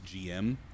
GM